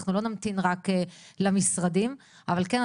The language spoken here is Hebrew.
אנחנו לא נמתין רק למשרדים אבל כן,